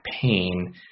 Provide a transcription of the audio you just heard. pain